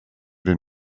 det